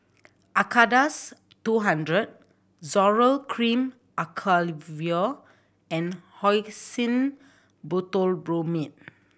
Acardust two hundred Zoral Cream Acyclovir and Hyoscine Butylbromide